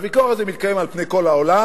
הוויכוח הזה מתקיים על פני כל העולם,